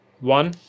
One